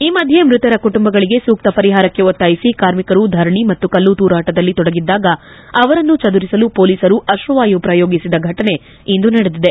ಈ ಮಧ್ಯೆ ಮೃತರ ಕುಟುಂಬಗಳಿಗೆ ಸೂಕ್ತ ಪರಿಹಾರಕ್ಕೆ ಒತ್ತಾಯಿಸಿ ಕಾರ್ಮಿಕರು ಧರಣಾ ಮತ್ತು ಕಲ್ಲು ತೂರಾಟದಲ್ಲಿ ತೊಡಗಿದ್ದಾಗ ಅವರನ್ನು ಚದುರಿಸಲು ಪೊಲೀಸರು ಅಶ್ರುವಾಯು ಪ್ರಯೋಗಿಸಿದ ಘಟನೆ ಇಂದು ನಡೆದಿದೆ